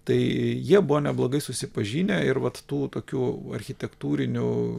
tai jie buvo neblogai susipažinę ir vat tų tokių architektūrinių